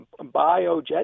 biojet